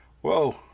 Whoa